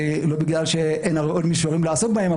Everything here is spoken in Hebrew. לא בגלל שאין עוד מישורים לעסוק בהם,